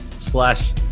slash